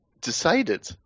decided